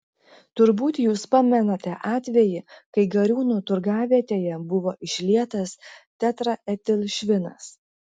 turbūt jūs pamenate atvejį kai gariūnų turgavietėje buvo išlietas tetraetilšvinas